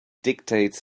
dictates